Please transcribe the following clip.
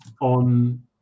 on